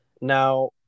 now